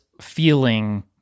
feeling